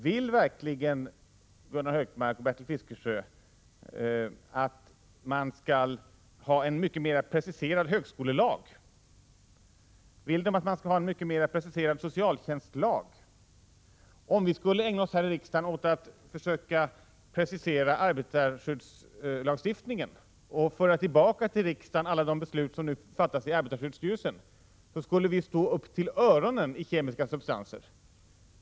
Vill verkligen Gunnar Hökmark och Bertil Fiskesjö att man skall ha en mycket mera preciserad högskolelag? Vill de att vi skall ha en mycket mera preciserad socialtjänstlag? Och om vi skulle precisera arbetarskyddslagen och föra tillbaka till riksdagen alla de beslut som nu fattas i arbetarskyddsstyrelsen, skulle vi stå upp till öronen i kemiska substanser!